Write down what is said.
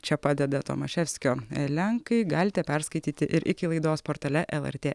čia padeda tomaševskio lenkai galite perskaityti ir iki laidos portale lrt